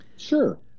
Sure